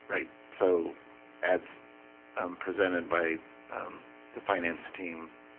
right so as um presented by the finance team